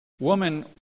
Woman